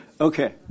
Okay